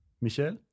Michel